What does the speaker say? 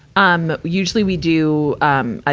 um usually, we do, um, a,